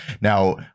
Now